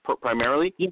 primarily